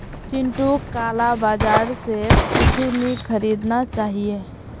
चिंटूक काला बाजार स कुछू नी खरीदना चाहिए